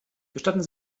gestatten